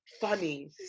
funny